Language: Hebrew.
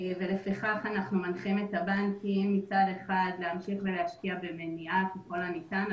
לפיכך אנחנו מנחים את הבנקים מצד אחד להמשיך ולהשקיע במניעה ככל הניתן,